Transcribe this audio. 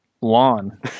lawn